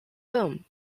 film